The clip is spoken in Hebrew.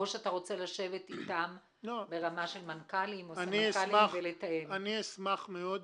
זאת אומרת זה מתחיל מאכיפה, מפני שאנחנו יודעים